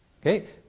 Okay